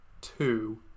two